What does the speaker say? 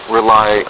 Rely